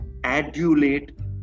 adulate